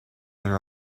her